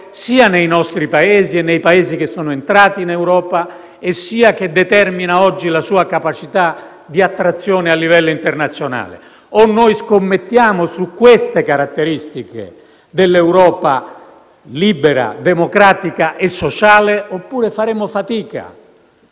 sia nei nostri Paesi che in quelli che sono entrati in Europa, e che determina oggi la sua capacità di attrazione a livello internazionale. O noi scommettiamo su queste caratteristiche dell'Europa libera, democratica e sociale oppure faremo fatica,